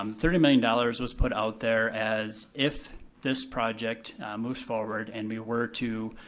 um thirty million dollars was put out there as if this project moves forward and we were to